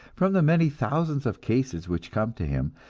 from the many thousands of cases which come to him,